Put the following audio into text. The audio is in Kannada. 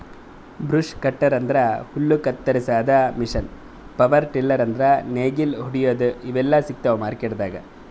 ಬ್ರಷ್ ಕಟ್ಟರ್ ಅಂದ್ರ ಹುಲ್ಲ್ ಕತ್ತರಸಾದ್ ಮಷೀನ್ ಪವರ್ ಟಿಲ್ಲರ್ ಅಂದ್ರ್ ನೇಗಿಲ್ ಹೊಡ್ಯಾದು ಇವೆಲ್ಲಾ ಸಿಗ್ತಾವ್ ಮಾರ್ಕೆಟ್ದಾಗ್